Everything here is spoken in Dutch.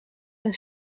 een